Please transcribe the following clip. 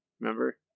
Remember